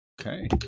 Okay